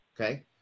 okay